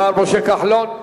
השר משה כחלון.